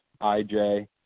ij